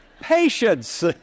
Patience